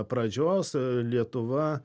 pradžios lietuva